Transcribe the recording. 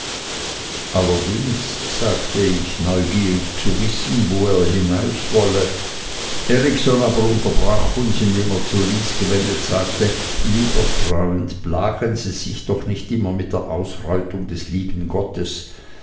allerdings sagte ich neugierig zu wissen wo er hinauswolle erikson aber unterbrach uns indem er zu lys gewendet sagte lieber freund plagen sie sich doch nicht immer mit der ausreutung des lieben gottes